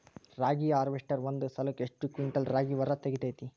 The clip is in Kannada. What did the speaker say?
ರಾಗಿಯ ಹಾರ್ವೇಸ್ಟರ್ ಒಂದ್ ಸಲಕ್ಕ ಎಷ್ಟ್ ಕ್ವಿಂಟಾಲ್ ರಾಗಿ ಹೊರ ತೆಗಿತೈತಿ?